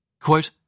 quote